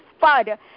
Father